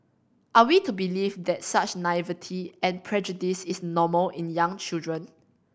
are we to believe that such naivety and prejudice is normal in young children